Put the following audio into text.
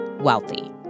wealthy